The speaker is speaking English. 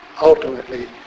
ultimately